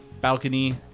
balcony